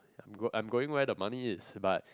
I'm go I'm going where the money is but